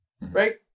right